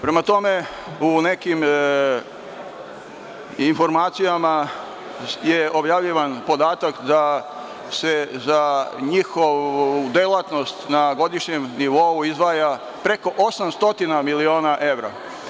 Prema tome, u nekim informacijama je objavljivan podatak da se za njihovu delatnost na godišnjem nivou izdvaja preko 800 miliona evra.